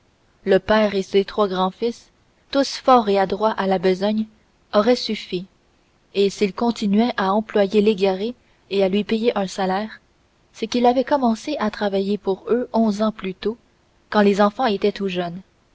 le père et ses trois grands fils tous forts et adroits à la besogne auraient suffi et s'ils continuaient à employer légaré et à lui payer un salaire c'est qu'il avait commencé à travaille pour eux onze ans plus tôt quand les enfants étaient tout jeunes